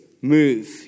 move